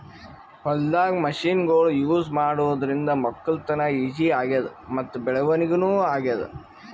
ಹೊಲ್ದಾಗ್ ಮಷಿನ್ಗೊಳ್ ಯೂಸ್ ಮಾಡಾದ್ರಿಂದ ವಕ್ಕಲತನ್ ಈಜಿ ಆಗ್ಯಾದ್ ಮತ್ತ್ ಬೆಳವಣಿಗ್ ನೂ ಆಗ್ಯಾದ್